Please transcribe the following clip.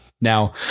now